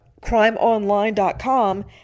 CrimeOnline.com